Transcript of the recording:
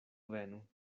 venu